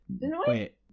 Wait